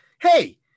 Hey